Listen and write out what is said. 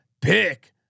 Pick